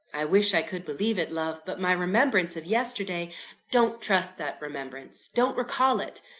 i wish i could believe it, love but my remembrance of yesterday don't trust that remembrance don't recall it!